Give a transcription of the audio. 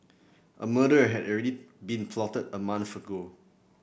a murder had already been plotted a month ago